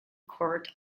court